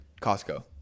costco